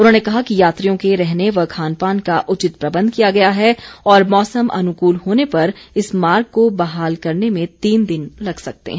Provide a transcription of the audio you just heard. उन्होंने कहा कि यात्रियों के रहने व खानपान का उचित प्रबंध किया गया है और मौसम अनुकूल होने पर इस मार्ग को बहाल करने में तीन दिन लग सकते हैं